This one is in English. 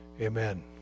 Amen